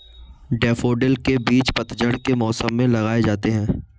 daffodil के बीज पतझड़ के मौसम में लगाए जाते हैं